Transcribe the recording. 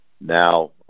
now